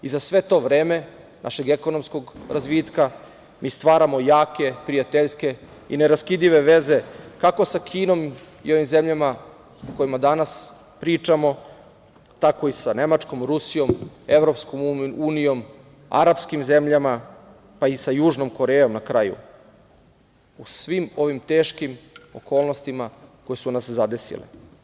Za sve to vreme našeg ekonomskog razvitka, mi stvaramo jake, prijateljske i neraskidive veze kako sa Kinom i ovim zemljama o kojima danas pričamo, tako i sa Nemačkom, Rusijom, EU, arapskim zemljama pa i sa Južnom Korejom na kraju, u svim ovim teškim okolnostima koje su nas zadesile.